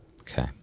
Okay